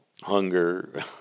hunger